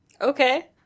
Okay